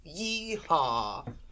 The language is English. yeehaw